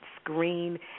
screen